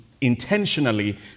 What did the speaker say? intentionally